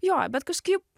jo bet kažkaip